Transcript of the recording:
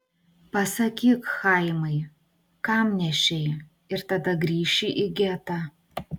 pasakyk chaimai kam nešei ir tada grįši į getą